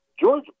George